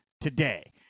today